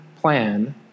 plan